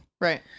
right